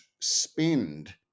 spend